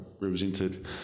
represented